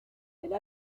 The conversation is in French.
elle